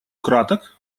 краток